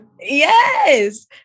Yes